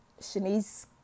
Shanice